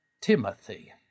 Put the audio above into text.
Timothy